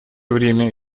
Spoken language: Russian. время